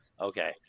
okay